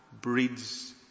breeds